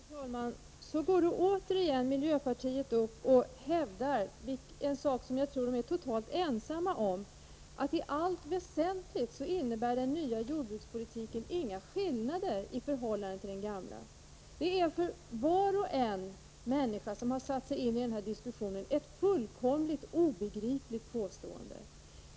Fru talman! Så hävdar då återigen miljöpartiet en uppfattning som jag tror att partiet är totalt ensamt om, nämligen att den nya jordbrukspolitiken i allt väsentligt inte innebär några skillnader i förhållande till den gamla. Det är för var och en som har satt sig in i denna diskussion ett fullkomligt obegripligt påstående.